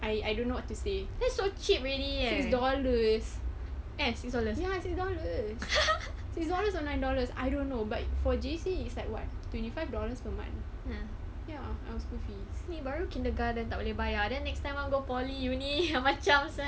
I I don't know what to say that's so cheap already eh six dollars ya six dollars six dollars or nine dollars I don't know but for J_C is like what twenty five dollars per month ya our school fees ni baru kindergarten tak boleh bayar then next time I go poly uni macam sia